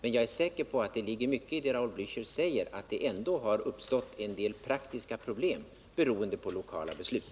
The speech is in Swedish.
Men jag är säker på att det ligger mycket i vad Raul Blächer säger — att det ändå har uppstått en del praktiska problem beroende på lokala beslut.